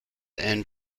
and